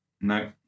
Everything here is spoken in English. No